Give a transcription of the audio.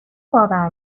باور